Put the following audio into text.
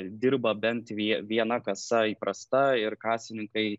dirba bent vie viena kasa įprasta ir kasininkai